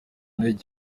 ntege